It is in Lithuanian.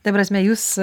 ta prasme jūs